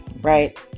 right